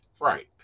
Right